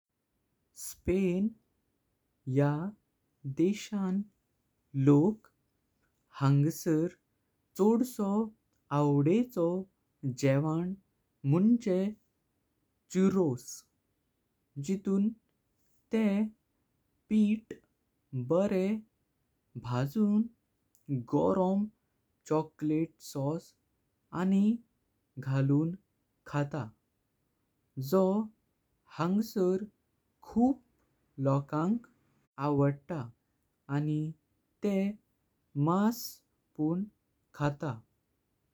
Spain या देशान लोक हंगसार चोड्सो आंवडचो जेवन मंझे चुर्रोज जितुन। तेह पीत बरे भाजुन गोरम चॉकलेट सॉस आन घालुन खातात। जो हंगसार खूप लोकांक आंवडता आणि तेह मास पण खातात।